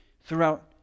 throughout